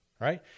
Right